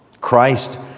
Christ